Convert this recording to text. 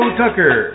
tucker